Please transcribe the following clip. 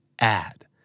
Add